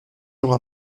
jours